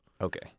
Okay